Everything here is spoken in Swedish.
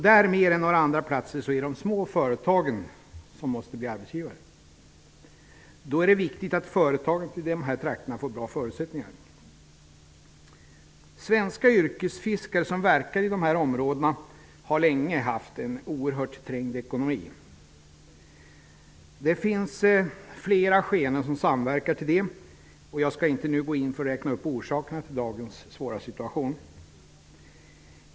Där mer än på några andra platser är det de små företagen som måste bli arbetsgivare. Då är det viktigt att företagen i dessa trakter får bra förutsättningar. Svenska yrkesfiskare som verkar i dessa områden har länge haft en oerhört trängd ekonomi. Det är flera skeenden som samverkar till det, och jag skall inte nu räkna upp orsakerna till dagens svåra situation.